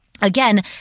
Again